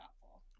thoughtful